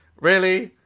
really?